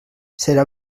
serà